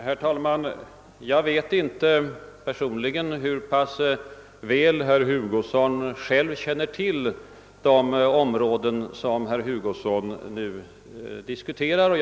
Herr talman! Jag vet inte hur väl herr Hugosson känner till de områden som han nu talar om.